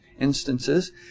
instances